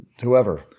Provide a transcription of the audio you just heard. whoever